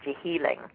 healing